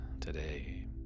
today